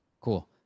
cool